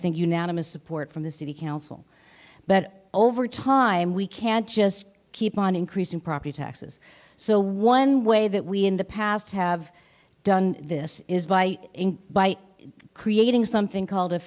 unanimous support from the city council but over time we can't just keep on increasing property taxes so one way that we in the past have done this is by by creating something called a